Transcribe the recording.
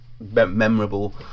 memorable